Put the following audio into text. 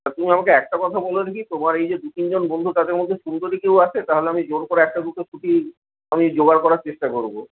তা তুমি আমাকে একটা কথা বল দেখি তোমার এই যে দু তিনজন বন্ধু তাদের মধ্যে সুন্দরী কেউ আছে তা হলে আমি জোর করে একটা দুটো ছুটি আমি জোগাড় করার চেষ্টা করব